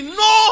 no